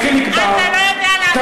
אתה לא יודע לענות על זה.